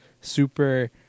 super